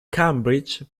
cambridge